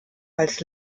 als